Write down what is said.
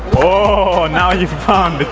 ah now you found